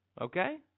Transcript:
okay